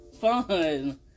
fun